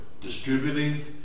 distributing